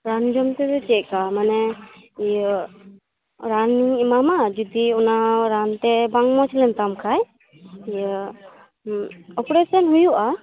ᱨᱟᱱ ᱡᱚᱢ ᱛᱮᱫᱚ ᱪᱮᱫᱠᱟ ᱢᱟᱱᱮ ᱤᱭᱟ ᱨᱟᱱᱤᱧ ᱮᱢᱟᱢᱟ ᱡᱩᱫᱤ ᱚᱱᱟ ᱨᱟᱱᱛᱮ ᱵᱟᱝ ᱢᱚᱡᱽ ᱞᱮᱱᱛᱟᱢ ᱠᱷᱟᱡ ᱤᱭᱟ ᱚᱯᱨᱮᱥᱚᱱ ᱦᱩᱭᱩᱜ ᱟ